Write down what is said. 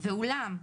ואולם,